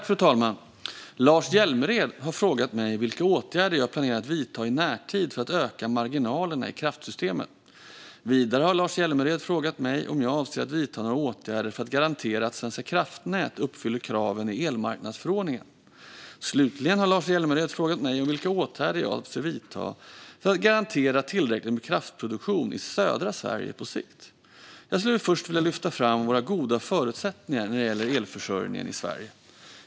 Fru talman! Lars Hjälmered har frågat mig vilka åtgärder jag planerar att vidta i närtid för att utöka marginalerna i kraftsystemet. Vidare har Lars Hjälmered frågat mig om jag avser att vidta några åtgärder för att garantera att Svenska kraftnät uppfyller kraven i elmarknadsförordningen. Slutligen har Lars Hjälmered frågat mig om vilka åtgärder jag avser att vidta för att garantera tillräckligt med kraftproduktion i södra Sverige på sikt. Jag skulle först vilja lyfta fram våra goda förutsättningar när det gäller elförsörjningen i Sverige.